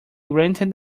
rented